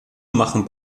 machen